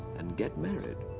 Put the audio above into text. and get married.